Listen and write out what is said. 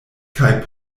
kaj